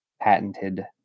patented